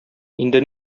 инде